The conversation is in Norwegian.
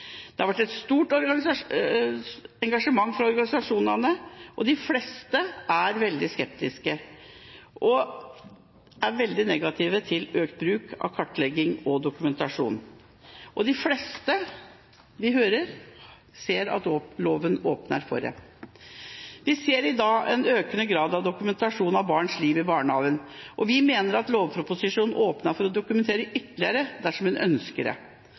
Det har vært et stort engasjement fra organisasjonene, og de fleste er veldig skeptiske og negative til økt bruk av kartlegging og dokumentasjon. Og de fleste vi hører, ser at loven åpner for det. Vi ser i dag en økende grad av dokumentasjon av barns liv i barnehagen, og vi mener at lovproposisjonen åpner for å dokumentere ytterligere dersom en ønsker det.